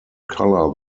color